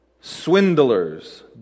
Swindlers